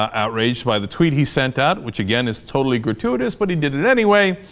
outraged by the treaty sent out which again is totally gratuitous but he did it anyway